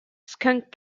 skunk